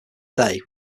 day